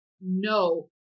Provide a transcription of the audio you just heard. no